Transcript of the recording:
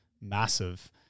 massive